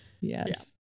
Yes